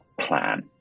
plan